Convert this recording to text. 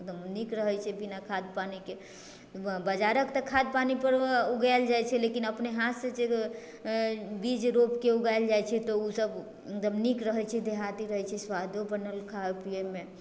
नीक रहै छै बिना खाद पानीके बाजारके तऽ खाद पानीपर उगाएल जाइ छै लेकिन अपने हाथसँ जे बीज रोपिकऽ उगाएल जाइ छै तऽ ओसब एकदम नीक रहै छै देहाती रहै छै सुआदो बनल खाइ पिएमे